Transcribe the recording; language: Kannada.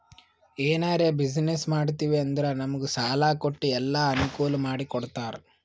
ಎನಾರೇ ಬಿಸಿನ್ನೆಸ್ ಮಾಡ್ತಿವಿ ಅಂದುರ್ ನಮುಗ್ ಸಾಲಾ ಕೊಟ್ಟು ಎಲ್ಲಾ ಅನ್ಕೂಲ್ ಮಾಡಿ ಕೊಡ್ತಾರ್